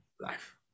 life